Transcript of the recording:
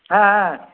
ஆ ஆ